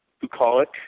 Bucolic